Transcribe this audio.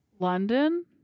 London